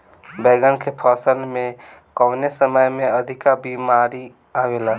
बैगन के फसल में कवने समय में अधिक बीमारी आवेला?